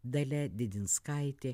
dalia didinskaitė